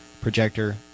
projector